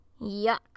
Yuck